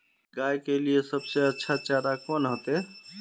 गाय के लिए सबसे अच्छा चारा कौन होते?